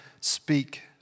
speak